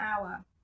hour